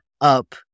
up